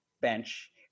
bench